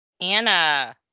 Anna